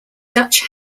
dutch